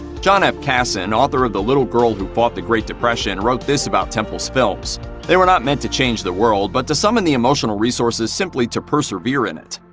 john f. kasson, author of the little girl who fought the great depression, wrote this about temple's films they were not meant to change the world but to summon the emotional resources simply to persevere in it.